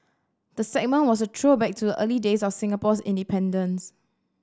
the segment was a throwback to early days of Singapore's independence